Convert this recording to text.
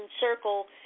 circle